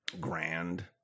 grand